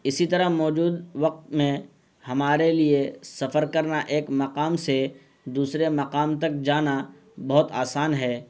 اسی طرح موجود وقت میں ہمارے لیے سفر کرنا ایک مقام سے دوسرے مقام تک جانا بہت آسان ہے